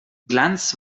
glanz